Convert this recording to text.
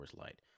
Light